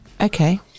okay